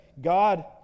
God